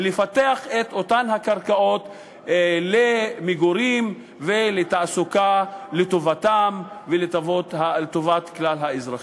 לפתח את אותן הקרקעות למגורים ולתעסוקה לטובתם ולטובת כלל האזרחים.